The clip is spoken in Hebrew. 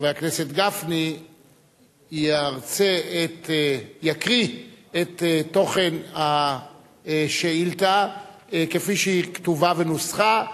חבר הכנסת גפני יקריא את תוכן השאילתא כפי שהיא כתובה ונוסחה,